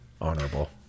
honorable